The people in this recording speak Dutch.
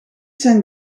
zijn